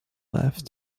left